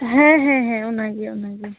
ᱦᱮᱸ ᱦᱮᱸ ᱚᱱᱟ ᱜᱮ ᱚᱱᱟ ᱜᱮ